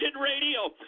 Radio